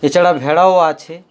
এছাড়া ভেড়াও আছে